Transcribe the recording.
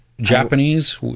Japanese